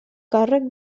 càrrec